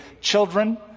Children